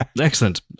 Excellent